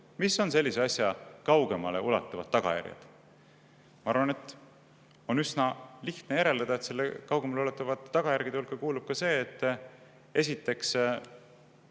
mis on sellise asja kaugemale ulatuvad tagajärjed? Ma arvan, et on üsna lihtne järeldada, et kaugemale ulatuvate tagajärgede hulka kuulub ka see, et inimesed